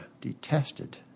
detested